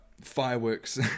fireworks